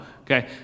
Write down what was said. Okay